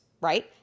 right